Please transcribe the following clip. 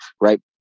right